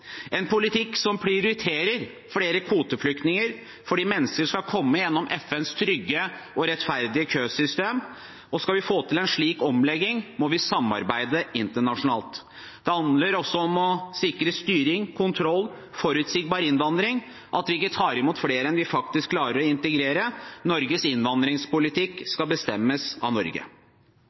en politikk som prioriterer flere kvoteflyktninger fordi mennesker skal komme gjennom FNs trygge og rettferdige køsystem. Skal vi få til en slik omlegging, må vi samarbeide internasjonalt. Det handler også om å sikre styring, kontroll og forutsigbar innvandring – at vi ikke tar imot flere enn vi faktisk klarer å integrere. Norges innvandringspolitikk skal bestemmes av Norge.